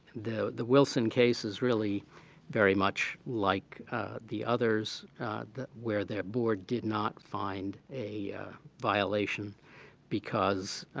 the the wilson case is really very much like the others that where their board did not find a violation because